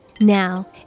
Now